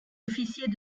officiers